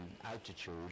altitude